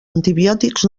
antibiòtics